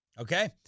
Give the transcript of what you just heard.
Okay